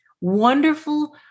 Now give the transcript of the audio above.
Wonderful